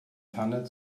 tanne